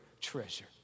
treasure